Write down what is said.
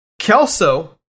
Kelso